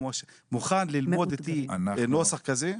אם אתה מוכן ללמוד איתי נוסח כזה.